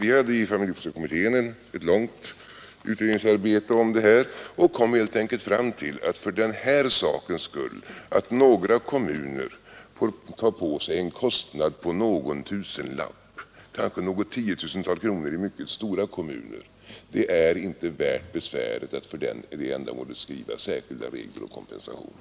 Inom familjepolitiska kommittén bedrev vi ett långt utredningsarbete om detta och kom fram till att det inte enbart av den anledningen att några kommuner får ta på sig en kostnad på några tusen kronor — kanske några tiotusental kronor i mycket stora kommuner — var värt besväret att skriva särskilda regler om kompensation.